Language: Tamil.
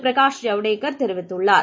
பிரகாஷ் ஜவடேகர் தெரிவித்துள்ளார்